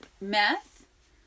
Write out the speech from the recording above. meth